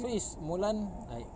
so is mulan like